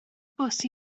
bws